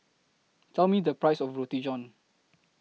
Tell Me The Price of Roti John